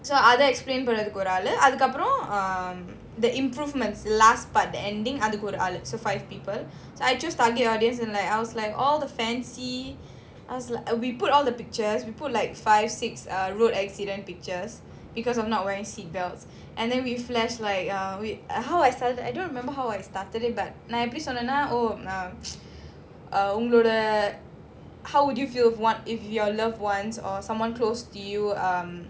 so அத:adha explained பண்றதுக்குஒருஆளுஅதுக்கப்புறம்:panrathuku oru aalu adhukapuram the improvements last part the ending அதுக்குஒருஆளு:adhuku oru aalu so five people I choose target audience and like I was like all the fancy uh we put all the pictures we put like five six err road accident pictures because of not wearing seat belts and then we flash like err wait uh how I started I don't remember how I started it but நான்எப்படிசொன்னேனா:nan epdi sonnena oh உங்களோட:ungaloda err how would you feel if what if your loved ones or someone close to you um